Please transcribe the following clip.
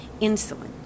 insulin